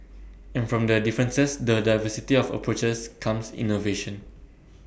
and from the differences the diversity of approaches comes innovation